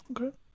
Okay